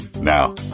Now